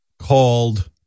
called